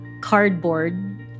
cardboard